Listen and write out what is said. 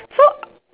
so